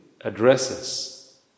addresses